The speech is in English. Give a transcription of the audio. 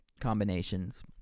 combinations